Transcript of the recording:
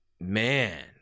Man